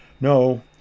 No